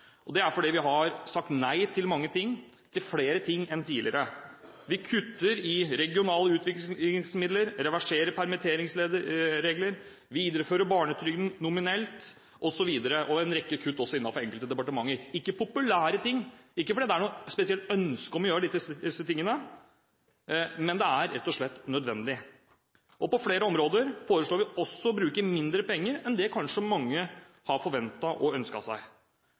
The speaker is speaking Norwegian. og det er fordi vi har sagt nei til mange ting, til flere ting enn tidligere. Vi kutter i regionale utviklingsmidler, reverserer permitteringsregler, viderefører barnetrygden nominelt osv., og vi foretar også en rekke kutt innenfor enkelte departementer. Vi gjør ikke dette fordi det er populære ting, og heller ikke fordi det er noe spesielt ønske om å gjøre disse tingene, men det er rett og slett nødvendig. På flere områder foreslår vi også å bruke mindre penger enn det som mange kanskje har forventet og ønsket seg.